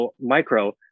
micro